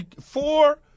four